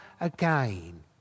again